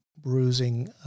bruising